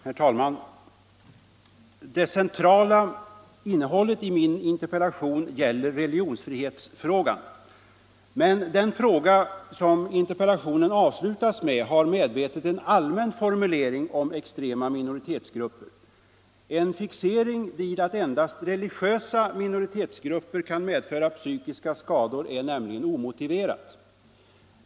Herr talman! Det centrala innehållet i min interpellation gäller religionsfriheten. Men den fråga som interpellationen avslutas med har medvetet givits en allmän formulering om extrema minoritetsgrupper. En fixering vid att endast religiösa minoritetsgrupper kan medföra psykiska skador är nämligen omotiverad.